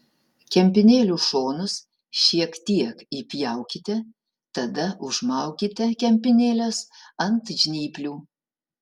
kempinėlių šonus šiek tiek įpjaukite tada užmaukite kempinėles ant žnyplių